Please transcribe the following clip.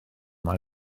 mae